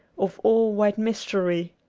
of all white mystery.